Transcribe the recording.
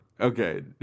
Okay